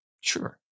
Sure